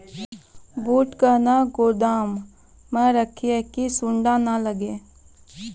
बूट कहना गोदाम मे रखिए की सुंडा नए लागे?